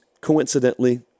coincidentally